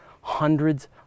hundreds